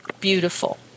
beautiful